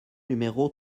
numéro